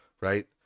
right